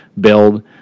build